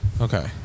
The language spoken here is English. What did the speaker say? okay